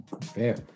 Fair